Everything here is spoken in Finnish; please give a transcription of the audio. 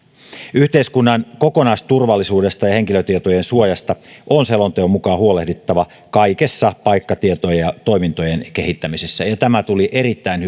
yhteiskunnan kokonaisturvallisuudesta ja henkilötietojen suojasta on selonteon mukaan huolehdittava kaikessa paikkatietojen ja toimintojen kehittämisessä ja tämä tuli erittäin